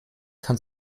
kann